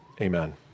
Amen